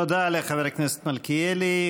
תודה לחבר הכנסת מלכיאלי.